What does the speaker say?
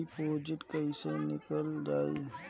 Deposit कैसे निकालल जाइ?